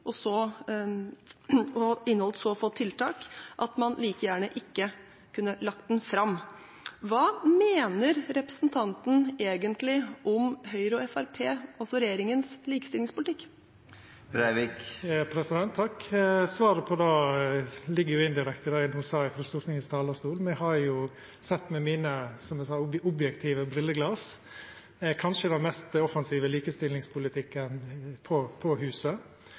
og inneholdt så få tiltak at man like gjerne ikke kunne lagt den fram. Hva mener representanten egentlig om Høyres og Fremskrittspartiets likestillingspolitikk? Svaret på det ligg indirekte i det eg no sa frå Stortingets talarstol. Me har sett med mine, som eg sa, objektive brilleglas kanskje den mest offensive likestillingspolitikken på huset.